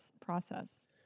process